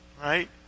Right